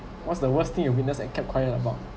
what's the worst thing you witness and kept quiet about